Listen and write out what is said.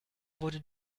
wurde